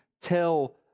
Tell